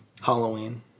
halloween